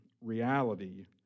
reality